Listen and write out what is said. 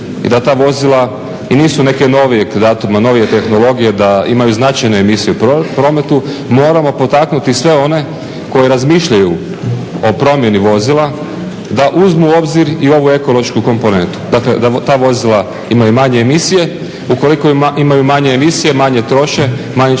i da ta vozila i nisu nekog novijeg datuma, novije tehnologije, da imaju značajne emisije u prometu, moramo potaknuti sve one koji razmišljaju o promjeni vozila da uzmu u obzir i ovu ekološku komponentu. Dakle, da ta vozila imaju manje emisije, ukoliko imaju manje emisije, manje troše, manji će